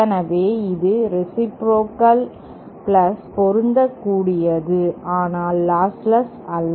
எனவே இது ரேசிப்ரோகல் பொருந்தக்கூடியது ஆனால் லாஸ்ட்லஸ் அல்ல